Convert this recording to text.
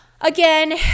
Again